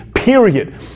Period